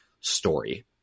story